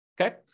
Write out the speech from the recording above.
Okay